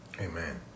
amen